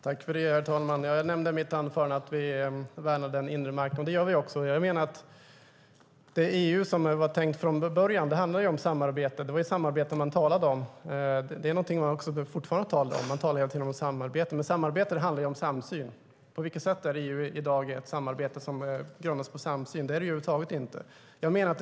Herr talman! Jag nämnde i mitt anförande att vi värnar den inre marknaden. Det gör vi. Jag menar att det EU som var tänkt från början handlade om samarbete. Det var samarbete man talade om, och det bör man fortfarande tala om. Men samarbete handlar ju om samsyn. På vilket sätt är EU i dag ett samarbete som grundar sig på samsyn? Så är det över huvud taget inte.